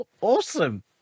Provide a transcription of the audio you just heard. awesome